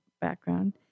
background